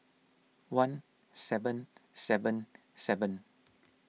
one seven seven seven